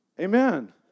Amen